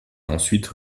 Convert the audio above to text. ensuite